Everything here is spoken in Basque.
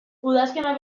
udazkena